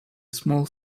small